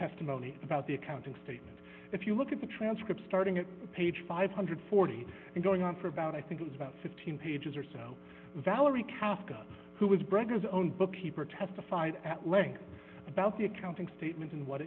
testimony about the accounting statement if you look at the transcripts starting at page five hundred and forty and going on for about i think it was about fifteen pages or so valerie casket who was braggers own bookkeeper testified at length about the accounting statement and what